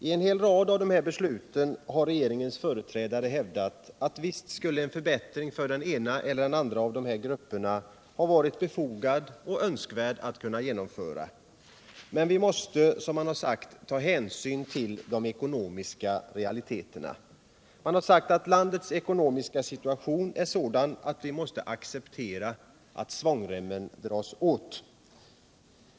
Inför många av dessa beslut har regeringens företrädare hävdat, att visst skulle en förbättring för den ena eller den andra av dessa grupper ha varit befogad och önskvärd, men vi måste ta hänsyn till de ekonomiska realiteterna. Man har sagt att landets ekonomiska situation är sådan att vi måste acceptera att svångremmen dras åt.